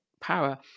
power